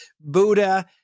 Buddha